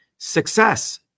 Success